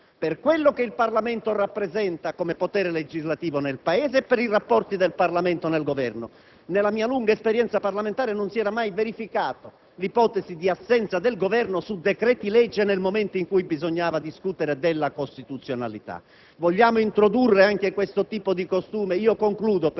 per ciò che il Parlamento rappresenta come potere legislativo nel Paese e per i rapporti del Parlamento con il Governo. Nella mia lunga esperienza parlamentare non si è mai verificata l'ipotesi di assenza del Governo su decreti-legge nel momento in cui bisognava discutere della loro costituzionalità. Vogliamo introdurre anche questo tipo di costume? Presidente,